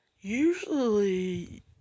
Usually